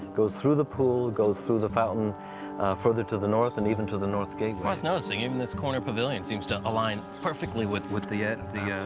goes through the pool, goes through the fountain further to the north, and even to the north gate. noticing, even this corner pavilion seems to align perfectly with with the and